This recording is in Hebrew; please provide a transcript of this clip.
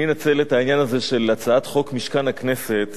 אני אנצל את העניין הזה של הצעת חוק משכן הכנסת